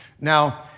Now